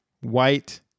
white